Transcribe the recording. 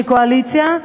כקואליציה,